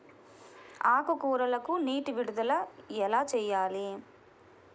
ఆకుకూరలకు నీటి విడుదల ఎలా చేయాలి?